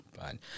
Fine